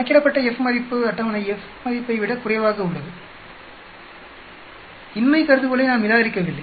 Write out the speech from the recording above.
கணக்கிடப்பட்ட F மதிப்பு அட்டவணை F மதிப்பை விட குறைவாக உள்ளதுஇன்மை கருதுகோளை நாம் நிராகரிக்கவில்லை